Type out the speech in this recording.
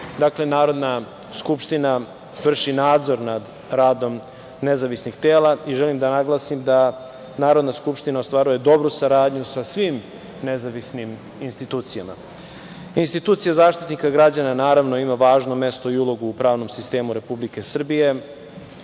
dakle, Narodna skupština vrši nadzor nad radom nezavisnih tela i želim da naglasim da Narodna skupština ostvaruje dobru saradnju sa svim nezavisnim insitucijama. Institucija Zaštitnika građana naravno ima važno mesto i ulogu u pravnom sistemu Republike Srbije.